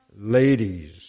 ladies